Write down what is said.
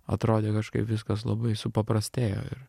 atrodė kažkaip viskas labai supaprastėjo ir